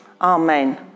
amen